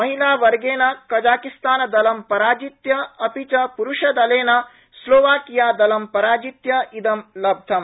महिलावर्गेन Kazakhstan दलं पराजित्य अपि च प्रुषदलेन स्लोवाकियादलं पराजित्य इदं लब्धम्